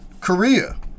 Korea